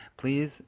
please